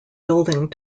building